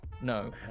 no